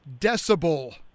decibel